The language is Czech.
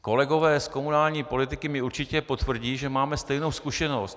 Kolegové z komunální politiky mi určitě potvrdí, že máme stejnou zkušenost.